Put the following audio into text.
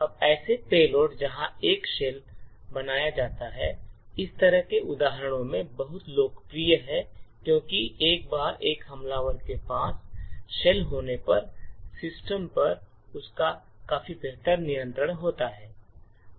अब ऐसे पेलोड जहां एक शेल बनाया जाता है इस तरह के उदाहरणों में बहुत लोकप्रिय है क्योंकि एक बार एक हमलावर के पास शेल होने पर सिस्टम पर उसका काफी बेहतर नियंत्रण होता है